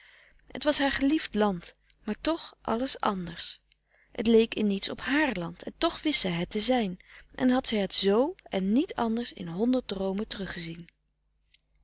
het was haar geliefd land maar toch alles anders het leek in niets op haar land en toch wist zij het te zijn en had zij het z en niet anders in honderd droomen teruggezien